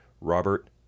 Robert